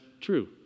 true